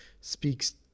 speaks